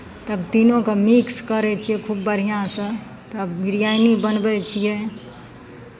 तब तीनूकेँ मिक्स करै छियै खूब बढ़िआँसँ तब बिरयानी बनबै छियै